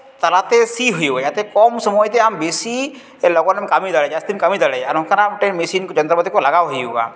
ᱛᱟᱞᱟᱛᱮ ᱥᱤ ᱦᱩᱭᱩᱜᱼᱟ ᱡᱟᱛᱮ ᱠᱚᱢ ᱥᱚᱢᱚᱭ ᱛᱮ ᱟᱢ ᱵᱮᱥᱤ ᱞᱚᱜᱚᱱ ᱮᱢ ᱠᱟᱹᱢᱤ ᱫᱟᱲᱮᱜ ᱡᱟᱹᱥᱛᱤᱢ ᱠᱟᱹᱢᱤ ᱫᱟᱲᱮᱭᱟᱜᱼᱟ ᱱᱚᱝᱠᱟᱱ ᱢᱮᱥᱤᱱ ᱡᱚᱱᱛᱨᱚᱯᱟᱹᱛᱤ ᱠᱚ ᱞᱟᱜᱟᱣ ᱦᱩᱭᱩᱜᱼᱟ